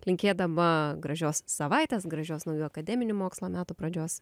linkėdama gražios savaitės gražios naujų akademinių mokslo metų pradžios